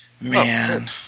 Man